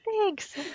Thanks